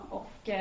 och